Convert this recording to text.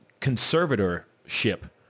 conservatorship